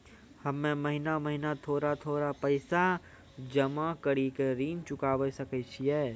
हम्मे महीना महीना थोड़ा थोड़ा पैसा जमा कड़ी के ऋण चुकाबै सकय छियै?